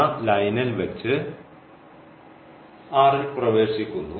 എന്ന ലൈനിൽ വെച്ച് ൽ പ്രവേശിക്കുന്നു